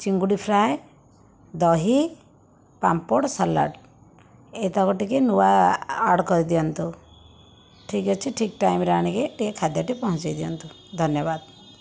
ଚିଙ୍ଗୁଡ଼ି ଫ୍ରାଏ ଦହି ପାମ୍ପଡ଼ ସାଲାଡ଼ ଏତକ ଟିକେ ନୂଆ ଆଡ଼୍ କରିଦିଅନ୍ତୁ ଠିକ୍ ଅଛି ଠିକ୍ ଟାଇମ୍ରେ ଆଣିକି ଟିକେ ଖାଦ୍ୟଟି ପହଞ୍ଚାଇ ଦିଅନ୍ତୁ ଧନ୍ୟବାଦ